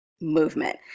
movement